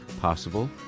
possible